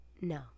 no